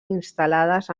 instal·lades